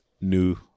new